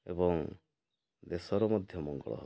ଏବଂ ଦେଶର ମଧ୍ୟ ମଙ୍ଗଳ ହବ